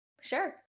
Sure